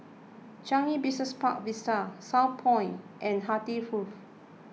Changi Business Park Vista Southpoint and Hartley Grove